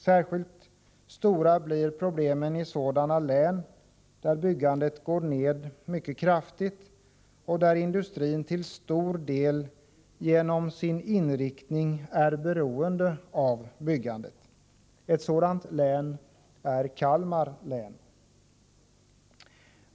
Särskilt stora blir problemen i sådana län där byggandet gått ned mycket kraftigt och där industrin till stor del genom sin inriktning är beroende av byggandet. Ett sådant län är Kalmar län.